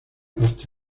hasta